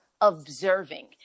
observing